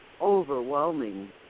overwhelming